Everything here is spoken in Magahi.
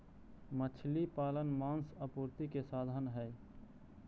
मछली पालन मांस आपूर्ति के साधन हई